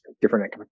different